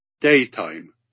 daytime